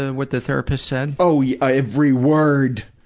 and what the therapist said? oh ye, every word!